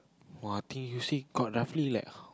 !wah! then you see got roughly like